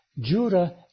Judah